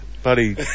Buddy